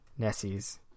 Nessies